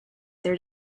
their